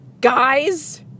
guys